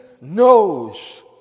knows